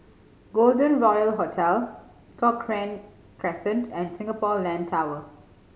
Golden Royal Hotel Cochrane Crescent and Singapore Land Tower